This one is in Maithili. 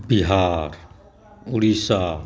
बिहार उड़ीसा